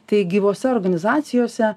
tai gyvose organizacijose